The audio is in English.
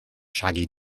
shaggy